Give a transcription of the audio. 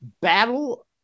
battle